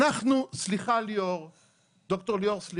סליחה ד"ר ליאור, אנחנו